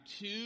two